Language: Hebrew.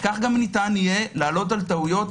כך גם ניתן יהיה לעלות על טעויות.